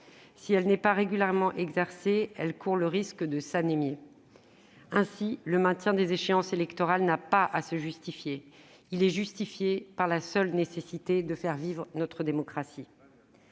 Si elle n'est pas régulièrement exercée, elle court le risque de s'anémier. Très bien ! Ainsi, le maintien des échéances électorales n'a pas à être justifié : il se justifie par la seule nécessité de faire vivre notre démocratie.